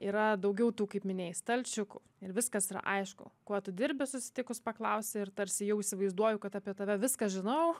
yra daugiau tų kaip minėjai stalčiukų ir viskas yra aišku kuo tu dirbi susitikus paklausi ir tarsi jau įsivaizduoju kad apie tave viską žinau